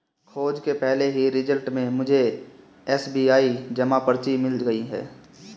खोज के पहले ही रिजल्ट में मुझे एस.बी.आई जमा पर्ची मिल गई